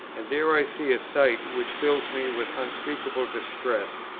and there i see a sight which fills me with unspeakable distress.